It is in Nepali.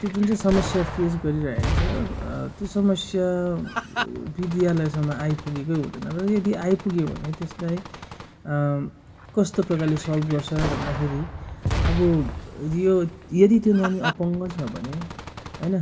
त्यो जुन चाहिँ समस्या फेस गरिरहेको छ त्यो समस्या विद्यालयसम्म आइपुगेकै हुँदैन र यदि आइपुग्यो भने त्यसलाई कस्तो प्रकारले सल्भ गर्छ भन्दाखेरि अब यो यदि त्यो नानी अपाङ्ग छ भने होइन